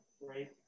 right